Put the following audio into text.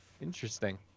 Interesting